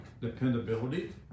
dependability